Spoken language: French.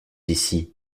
ici